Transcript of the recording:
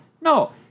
No